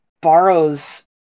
borrows